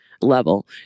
level